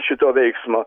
šito veiksmo